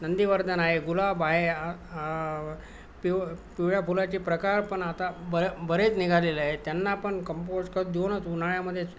नंदीवर्धन आहे गुलाब आहे पिव् पिवळ्या फुलांचे प्रकार पण आता बर् बरेच निघालेले आहे त्यांना पण कंपोश्ट खत देऊनच उन्हाळ्यामध्येच